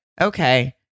okay